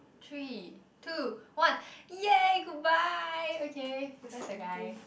three two one !yay! goodbye okay where's the guy